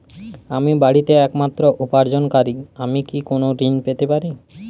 আমি বাড়িতে একমাত্র উপার্জনকারী আমি কি কোনো ঋণ পেতে পারি?